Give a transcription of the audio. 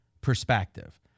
perspective